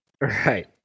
Right